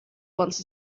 once